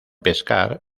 pescar